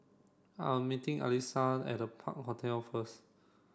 I am meeting Alysia at Park Hotel first